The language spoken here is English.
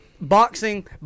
boxing